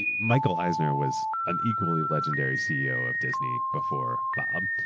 yeah michael eisner was an equally legendary ceo of disney before bob.